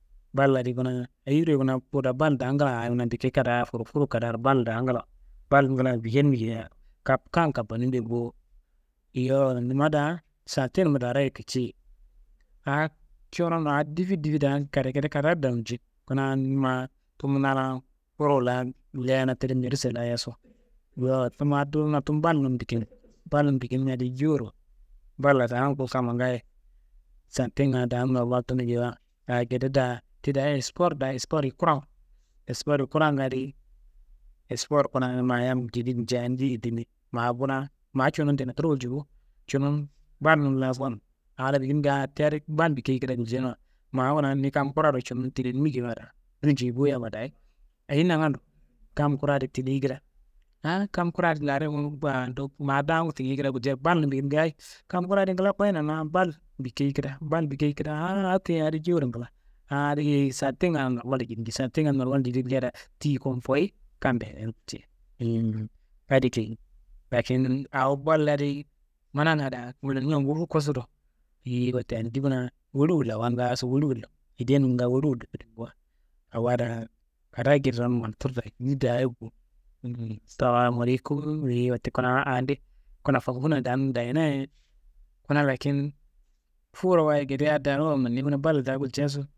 Bal adi kuna, ayiro kuna ku daa bal daa ngaayo kuna bike kadaa, furfur kadaaro bal daa ngla wo, bal ngla wo bikenimi geyia kap kan kapanim be bowo, yowo numma daa santenumma daaro ye kici, aa curon aa difi difi daa gedegede kadaa ndawunji, kuna ma tumu na laan forowu laan leyena tide merise laa yaso, yowo tumu balnum bikenimi, balnum bikenimia di jowuro, balla daan ku kamma ngaayo santenga daa normal tunu geyiwa, aa gede daa ti daayi espor daayi esporiyi kurangu, esporiyi kuranga di, espor kuna ma yam jedin wuljea ndeye di dimi, ma kuna ma cunum tineturo walji bo, cunum balnum laa gonum aa laa bikeniminga, ti adi bal bikeyi kida wuljeinuwa ma kuna ni kam kura do, cunumu tinenimi geyiwa dunjei bo yamma dayi, ayi nangando, kam kura di tineyi kida, ahaan, kam kura di laren ndu ma daangu tineyi kida wuljeia. Balnum bikenimiwa ngaayo, kam kura di ngla koyinana, bal bikeyi kida ahaaa oke adi jowuro ngla, ahaaa adi geyi santenga normallo jidi njei, santenga normallo jidi wuljei daa, tiyi komboyi kam- be adi geyi. Lakin, awo bolla di mananga daa mananimiwa ngufu kosu do, yeyi wote andi kuna woli wollo awa ngaaso woli wollo idenga woli wollo awa daa kada ekedi rowunu wultu daa jidi daaye bo. Salamalekum, yeyi wote kuna ande kuna fanguna daan dayina ye, kuna lakin fuwuro wayi gede adi daaro wayi mananei. Kuna bal daa guljaso